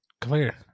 Clear